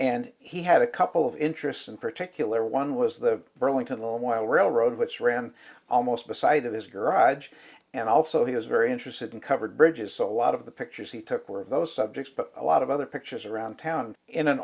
and he had a couple of interests in particular one was the burlington alone while railroad which ran almost the site of his garage and also he was very interested in covered bridges so a lot of the pictures he took were of those subjects but a lot of other pictures around town in an